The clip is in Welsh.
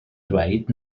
dweud